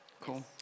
Cool